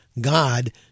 God